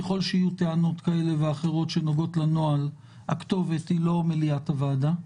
ככל שיהיו טענות כאלה ואחרות שנוגעות לנוהל הכתובת היא לא מליאת הוועדה,